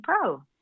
Pro